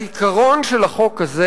העיקרון של החוק הזה